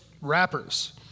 rappers